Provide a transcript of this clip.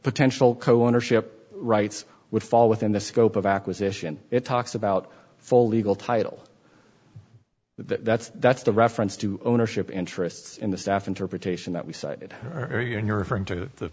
potential co ownership rights would fall within the scope of acquisition it talks about full legal title that that's that's the reference to ownership interests in the staff interpretation that we cited or you're referring to